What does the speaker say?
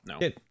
no